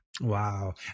Wow